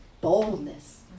boldness